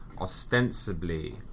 ostensibly